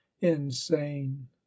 insane